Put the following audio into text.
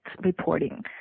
reporting